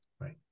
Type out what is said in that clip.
right